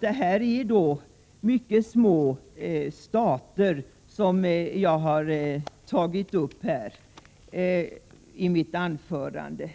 De stater som jag har tagit upp i mitt anförande